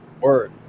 word